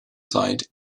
side